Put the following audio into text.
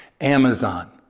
Amazon